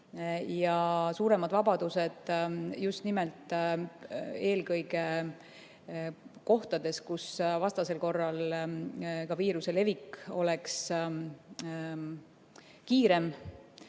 ja suuremad vabadused eelkõige kohtades, kus vastasel korral ka viiruse levik oleks kiirem.